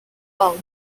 well